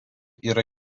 yra